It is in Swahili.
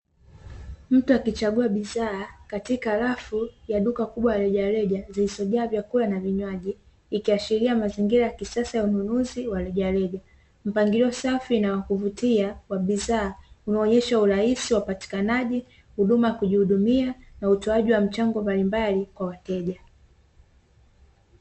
Mtu akichagua bidhaa katika rafu ya duka kubwa la rejareja, zisizo jaa vyakula na vinywaji, ikiashiria mazingira ya kisasa ya ununuzi wa rejareja. Mpangilio safi na wa kuvutia wa bidhaa, unaonyesha urahisi wa upatikanaji, huduma ya kujihudumia na utoaji wa mchango mbalimbali kwa wateja.